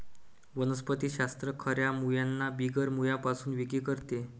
वनस्पति शास्त्र खऱ्या मुळांना बिगर मुळांपासून वेगळे करते